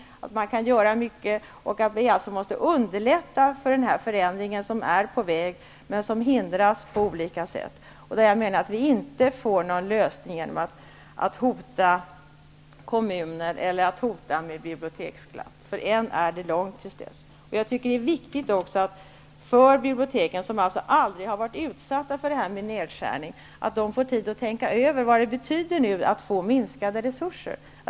Det finns mycket som kan göras. Vi måste alltså underlätta för den förändring som är på väg, men som på olika sätt hindras. Genom att hota kommuner med en bibliotekslag får vi inga lösningar -- det är långt dit än. Det är också viktigt att man på bibliotek där man aldrig varit utsatt för det här med nedskärning får tid till att tänka över vad det skulle betyda för dem att få minskade resurser.